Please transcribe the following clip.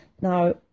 Now